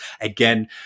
again